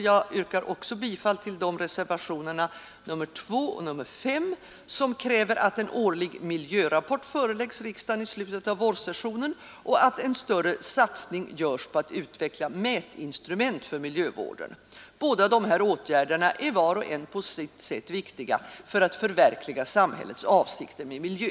Jag yrkar också bifall till reservationerna 2 och 5, som kräver att en årlig miljörapport föreläggs riksdagen i slutet av vårsessionen och att en större satsning görs på att utveckla mätinstrument för miljövården. Båda dessa åtgärder är var och en på sikt viktiga för att förverkliga samhällets avsikter med miljön.